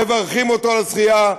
מברכים אותו על הזכייה,